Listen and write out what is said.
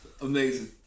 amazing